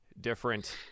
different